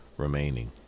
remaining